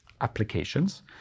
applications